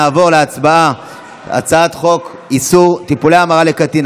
נעבור להצבעה על הצעת חוק איסור טיפולי המרה לקטין,